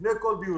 לפני כל דיון.